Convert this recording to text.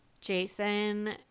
Jason